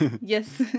Yes